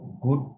good